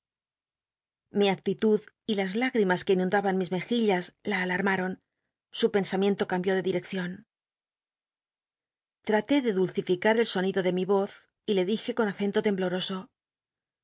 mi actitud y las hígrimas que inundab n mis mejillas la alarmaron su pensamiento cambió de di rcccion até de dulcinear el sonido de mi voz y le dij e t con acento tembloroso